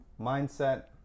mindset